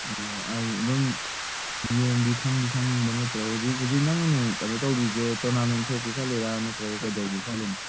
ꯑꯣ ꯑꯗꯨꯝ ꯅꯤꯌꯣꯝꯗꯤ ꯈꯪꯗꯤ ꯈꯪꯕ ꯅꯠꯇ꯭ꯔ ꯍꯧꯖꯤꯛ ꯍꯧꯖꯤꯛ ꯅꯪꯅ ꯀꯩꯅꯣ ꯇꯧꯔꯤꯁꯦ ꯇꯣꯔꯅꯥꯃꯦꯟ ꯊꯣꯛꯀꯦ ꯈꯜꯂꯤꯔ ꯅꯠꯇ꯭ꯔꯒ ꯀꯩꯗꯧꯒꯦ ꯈꯜꯂꯤꯅꯣ